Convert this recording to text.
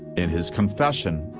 in his confession,